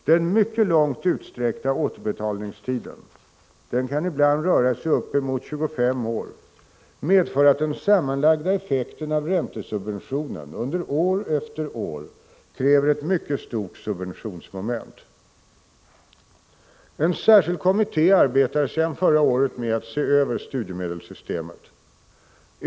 Den mycket långt utsträckta återbetalningstiden — det kan ibland röra sig om uppemot 25 år — medför att den sammanlagda effekten av räntesubvention under år efter år kräver ett mycket stort subventionsmoment. En särskild kommitté arbetar sedan förra året med att se över studiemedelssystemet.